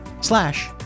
slash